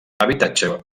habitatge